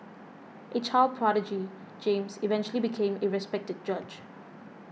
a child prodigy James eventually became a respected judge